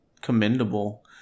commendable